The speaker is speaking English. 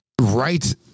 Right